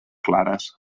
clares